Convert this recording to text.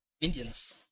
Indians